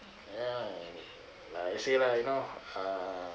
ya like I say lah you know uh